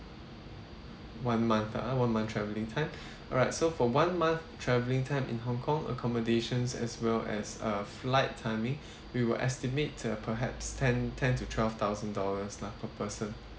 one month ah one month travelling time alright so for one month travelling time in hong kong accommodations as well as uh flight timing we will estimate uh perhaps ten ten to twelve thousand dollars lah per person